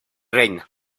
reina